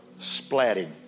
splatting